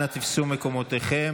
אנא תפסו מקומותיכם.